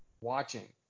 watching